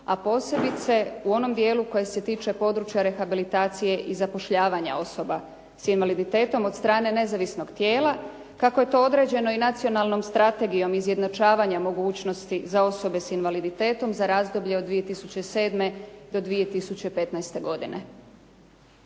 a posebice u onom dijelu koji se tiče područja rehabilitacije i zapošljavanja osoba s invaliditetom od strane nezavisnog tijela kako je to određeno i Nacionalnom strategijom izjednačavanja mogućnosti za osobe s invaliditetom za razdoblje od 2007. do 2015. godine.